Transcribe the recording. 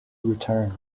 return